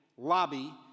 lobby